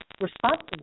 responsible